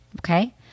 Okay